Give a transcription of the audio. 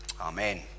Amen